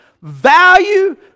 value